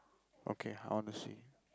okay I want to see